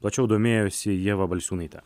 plačiau domėjosi ieva balsiūnaitė